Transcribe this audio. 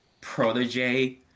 protege